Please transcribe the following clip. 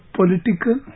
political